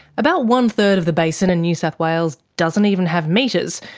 about one-third of the basin in new south wales doesn't even have meters,